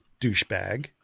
douchebag